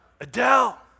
Adele